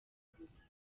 gusa